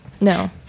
no